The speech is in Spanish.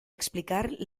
explicar